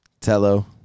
Tello